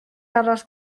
aros